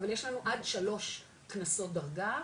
אבל יש לנו עד שלוש קנסות דרגה,